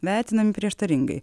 vertinami prieštaringai